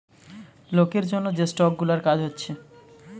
লোকের জন্যে যে স্টক গুলার কাজ হচ্ছে